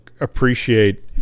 appreciate